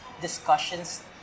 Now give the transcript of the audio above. discussions